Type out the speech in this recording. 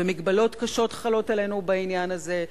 ומגבלות קשות חלות עלינו בעניין הזה.